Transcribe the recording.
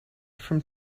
from